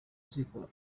ziko